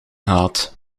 gehad